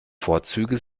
vorzüge